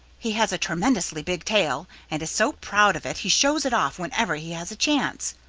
he has a tremendously big tail and is so proud of it he shows it off whenever he has a chance.